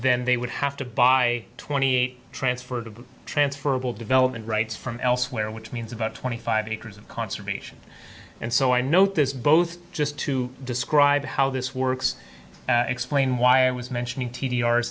then they would have to buy twenty eight transferred of transferable development rights from elsewhere which means about twenty five acres of conservation and so i notice both just to describe how this works explain why i was mentioning t d r